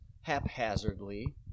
haphazardly